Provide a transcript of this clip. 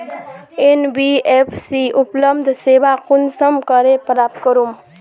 NBFC उपलब्ध सेवा कुंसम करे प्राप्त करूम?